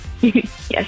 Yes